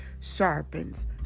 sharpens